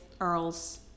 Earl's